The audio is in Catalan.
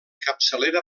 capçalera